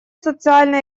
социально